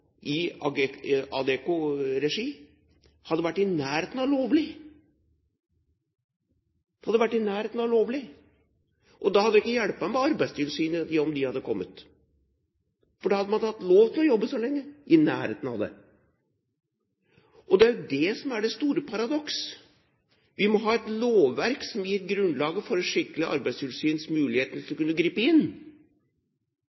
i Adecco-regi, vært i nærheten av lovlig. Det hadde vært i nærheten av lovlig. Da hadde det ikke hjulpet om Arbeidstilsynet hadde kommet, for da hadde man hatt lov til å jobbe så lenge – i nærheten av det. Det er jo det som er det store paradoks. Vi må ha et lovverk som gir grunnlag for et skikkelig arbeidstilsyn som har muligheter til å